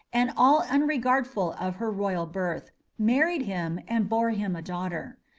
and all unregardful of her royal birth, married him, and bore him a daughter.